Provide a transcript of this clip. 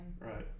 Right